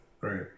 Right